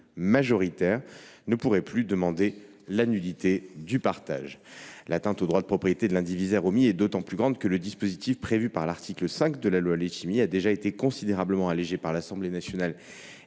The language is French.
majoritaires ne pourrait plus demander la nullité du partage. L’atteinte au droit de propriété de l’indivisaire omis est d’autant plus grande que le dispositif de l’article 5 de la loi Letchimy a déjà été considérablement allégé par l’Assemblée nationale